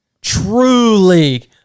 truly